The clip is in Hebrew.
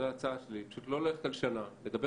זו ההצעה שלי: פשוט לא ללכת על שנה לדבר